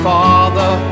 father